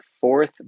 fourth